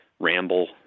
ramble